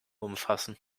umfassen